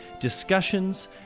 discussions